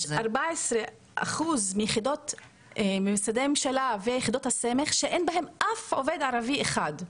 יש 14% ממשרדי הממשלה ויחידות הסמך שאין בהן אף עובד ערבי אחד.